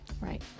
Right